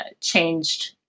changed